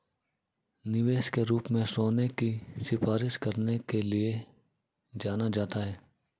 निवेश के रूप में सोने की सिफारिश करने के लिए जाना जाता है